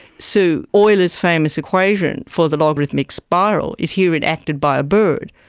so euler's famous equation for the logarithmic spiral is here enacted by a bird.